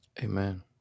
amen